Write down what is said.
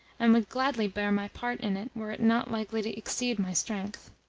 and would gladly bear my part in it were it not likely to exceed my strength.